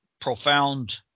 profound